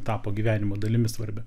tapo gyvenimo dalimi svarbia